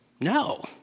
No